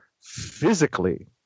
physically